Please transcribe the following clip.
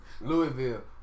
Louisville